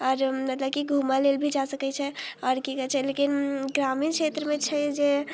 आओर मतलब कि घुमऽ लेल भी जा सकै छै आओर कि कहै छै लेकिन ग्रामीण क्षेत्रमे छै जे